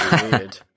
Weird